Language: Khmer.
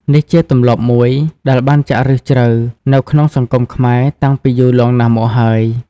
នេះជាទម្លាប់មួយ ដែលបានចាក់ឫសជ្រៅនៅក្នុងសង្គមខ្មែរ តាំងពីយូរលង់ណាស់មកហើយ។